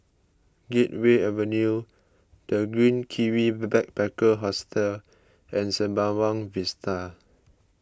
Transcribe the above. Gateway Avenue the Green Kiwi Backpacker Hostel and Sembawang Vista